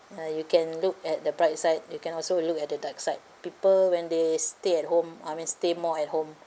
uh you can look at the bright side you can also look at the dark side people when they stay at home I mean stay more at home